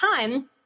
time